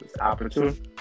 opportunity